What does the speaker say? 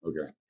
okay